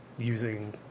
using